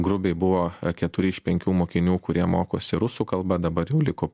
grubiai buvo keturi iš penkių mokinių kurie mokosi rusų kalba dabar jau liko